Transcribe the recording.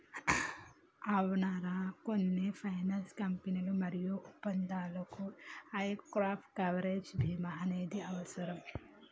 అవునరా కొన్ని ఫైనాన్స్ కంపెనీలు మరియు ఒప్పందాలకు యీ గాప్ కవరేజ్ భీమా అనేది అవసరం